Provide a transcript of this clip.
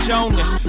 Jonas